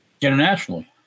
internationally